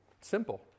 Simple